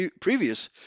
previous